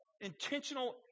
intentional